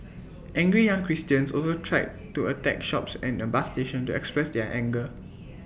angry young Christians also tried to attack shops and A bus station to express their anger